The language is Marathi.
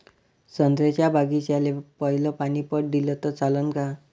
संत्र्याच्या बागीचाले पयलं पानी पट दिलं त चालन का?